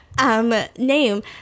Name